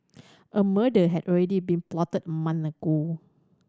a murder had already been plotted a ago